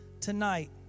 tonight